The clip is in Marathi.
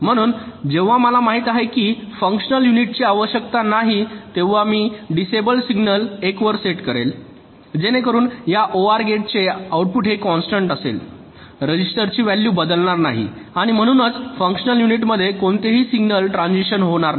म्हणून जेव्हा मला माहित आहे की फंक्शनल युनिटची आवश्यकता नाही तेव्हा मी डिसेंबल सिग्नल 1 वर सेट करेल जेणेकरून या ओआर गेटचे आउटपुट हे कॉन्स्टन्ट असेल रजिस्टरची व्हॅल्यू बदलणार नाही आणि म्हणूनच फंक्शनल युनिटमध्ये कोणतेही सिग्नल ट्रान्सिशन होणार नाही